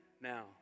now